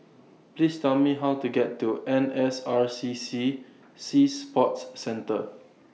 Please Tell Me How to get to N S R C C Sea Sports Center